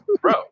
bro